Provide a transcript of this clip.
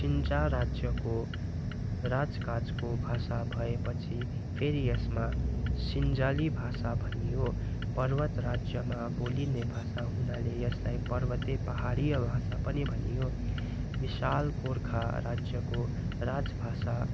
सिन्जा राज्यको राजकाजको भाषा भएपछि फेरि यसमा सिन्जाली भाषा भनियो पर्वत राज्यमा बोलिने भाषा हुनाले यसलाई पर्वते पहाडिया भाषा पनि भनियो विशाल गोर्खा राज्यको राजभाषा